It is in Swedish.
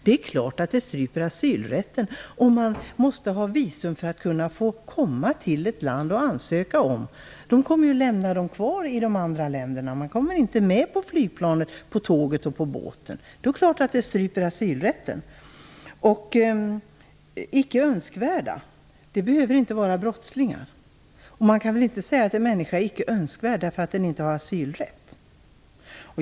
Det är klart att asylrätten stryps om man måste ha visum för att kunna få komma till ett land och lämna in sin ansökan. Man kommer att bli lämnad kvar i de andra länderna. Man kommer inte med på flyget, på tåget eller på båten. Det är alltså klart att asylrätten därmed stryps. De "icke önskvärda" behöver inte vara brottslingar. Man kan väl inte säga att den människa som inte har asylrätt inte är önskvärd.